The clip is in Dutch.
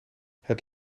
het